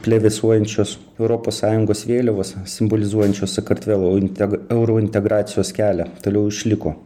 plevėsuojančios europos sąjungos vėliavos simbolizuojančios sakartvelo integ eurointegracijos kelią toliau išliko